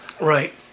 Right